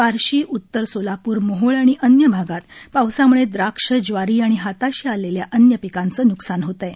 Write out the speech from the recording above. बार्शी उत्तर सोलापूर मोहोळ आणि अन्य भागात पावसाम्ळे द्राक्ष ज्वारी आणि हाताशी आलेल्या अन्य पिकांचं नुकसान होत आहे